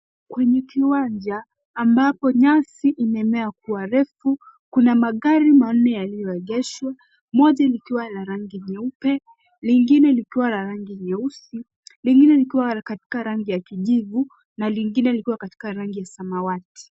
Kwenye kiwanja, ambapo nyasi imemea kuwa refu, kuna magari manne yaliyoegeshwa, moja likiwa la rangi nyeupe, lingine likiwa la rangi nyeusi, lingine likiwa katika rangi ya kijivu, na lingine likiwa katika rangi ya samawati.